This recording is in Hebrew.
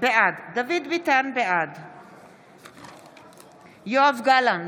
בעד יואב גלנט,